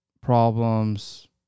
problems